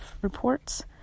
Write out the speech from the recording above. reports